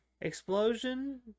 Explosion